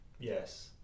Yes